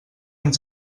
anys